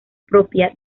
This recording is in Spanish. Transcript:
propia